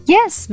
Yes